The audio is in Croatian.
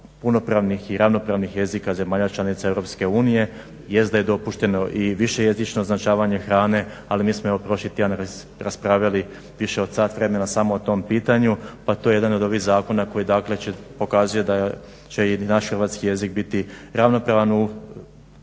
punopravnih i ravnopravnih jezika zemalja članica EU, jest da je dopušteno i više jezično označavanje hrane, ali mi smo evo prošli tjedan raspravljali više od sat vremena samo o tom pitanju. Pa to je jedan od ovih zakon koji, dakle će, pokazuje da će i naš hrvatski jezik biti ravnopravna u